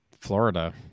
Florida